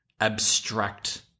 abstract